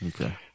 Okay